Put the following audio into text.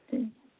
ٹھیک